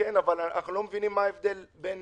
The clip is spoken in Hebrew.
מה ההבדל בין